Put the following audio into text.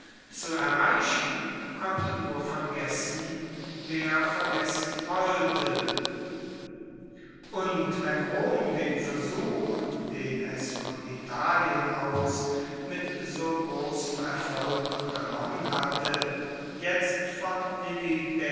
zu erreichen konnte nur vergessen wer vergessen wollte und wenn rom den versuch den es von italien aus mit so grossem erfolg unternommen hatte jetzt von